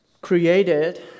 created